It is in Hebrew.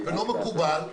ולא מקובל.